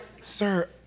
sir